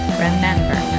remember